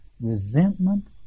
resentment